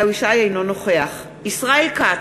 אינו נוכח ישראל כץ,